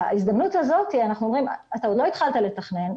בהזדמנות הזאת אנחנו אומרים שאתה עוד לא התחלת לתכנן,